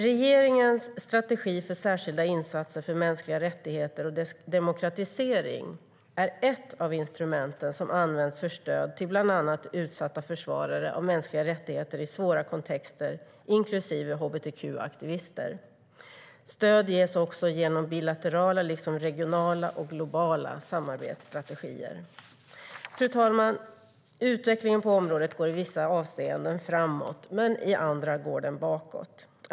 Regeringens strategi för särskilda insatser för mänskliga rättigheter och demokratisering är ett av instrumenten som används för stöd till bland annat utsatta försvarare av mänskliga rättigheter i svåra kontexter inklusive hbtq-aktivister. Stöd ges också genom bilaterala liksom regionala och globala samarbetsstrategier. Utvecklingen på området går i vissa avseenden framåt, men i andra går den bakåt.